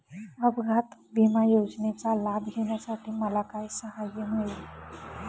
अपघात विमा योजनेचा लाभ घेण्यासाठी मला काय सहाय्य मिळेल?